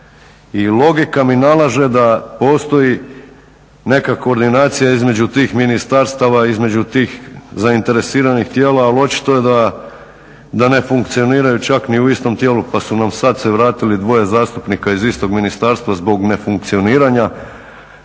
I logika mi nalaže da postoji neka koordinacija između tih ministarstava, između tih zainteresiranih tijela ali očito je da ne funkcioniraju čak ni u istom tijelu pa su nam sada se vratili dvoje zastupnika iz istog ministarstva zbog nefunkcioniranja.